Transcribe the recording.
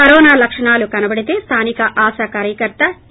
corona లక్షణాలు కనబడితే స్థానిక ఆశా కార్యకర్త ఏ